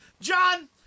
John